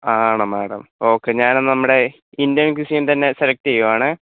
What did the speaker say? ആണോ madam okay ഞാൻ എന്നാൽ നമ്മുടെ ഇന്ത്യൻ ക്വിസീൻ തന്നെ സെലക്റ്റ് ചെയ്യുവാണേ